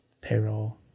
payroll